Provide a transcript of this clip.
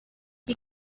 you